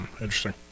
Interesting